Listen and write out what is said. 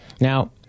Now